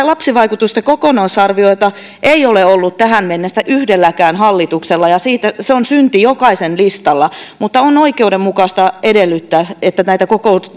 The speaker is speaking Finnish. lapsivaikutusten kokonaisarvioita ei ole ollut tähän mennessä yhdelläkään hallituksella ja se on synti jokaisen listalla mutta on oikeudenmukaista edellyttää että näitä